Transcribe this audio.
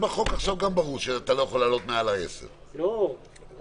בחוק עכשיו גם ברור שאי אפשר לעלות מעל 10,000 שקל.